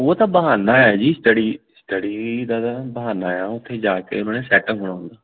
ਉਹ ਤਾਂ ਬਹਾਨਾ ਹੈ ਜੀ ਸਟਡੀ ਸਟਡੀ ਦਾ ਤਾਂ ਬਹਾਨਾ ਆ ਉੱਥੇ ਜਾ ਕੇ ਉਹਨਾਂ ਨੇ ਸੈੱਟ ਹੋਣਾ ਹੁੰਦਾ